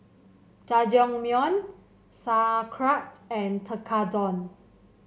Jajangmyeon Sauerkraut and Tekkadon